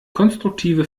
konstruktive